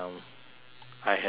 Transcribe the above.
I have spare clothes